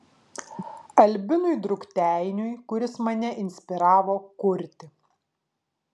albinui drukteiniui kuris mane inspiravo kurti